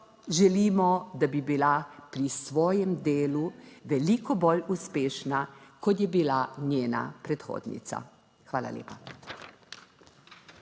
želimo, da bi bila pri svojem delu veliko bolj uspešna, kot je bila njena predhodnica. Hvala lepa.